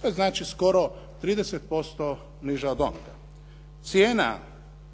To je znači skoro 30% niža od onoga. Cijena